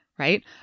right